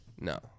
No